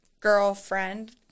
girlfriend